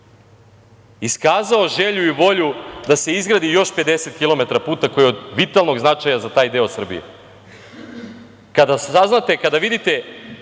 iskazao želju i volju da se izgradi još 50 km puta koji je od vitalnog značaja za taj deo Srbije. Kada vidite